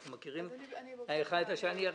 אנחנו מכירים האחד את השני.